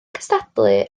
cystadlu